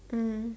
mm